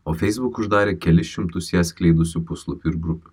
o feisbuk uždarė kelis šimtus ją skleidusių puslapių ir grupių